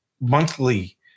monthly